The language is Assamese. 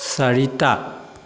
চাৰিটা